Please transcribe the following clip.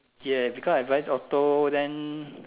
ya because I drive auto then